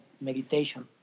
meditation